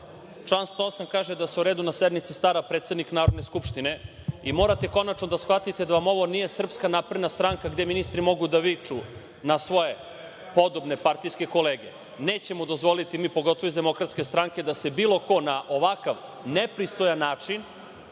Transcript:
108. kaže da se u redu na sednici stara predsednik Narodne skupštine i morate konačno da shvatite da vam ovo nije SNS, gde ministri mogu da viču na svoje podobne partijske kolege. Nećemo dozvoliti mi, pogotovo iz DS, da se bilo ko na ovakav nepristojan način,